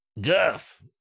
Guff